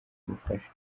ubufasha